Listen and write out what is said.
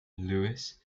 lewis